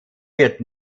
wird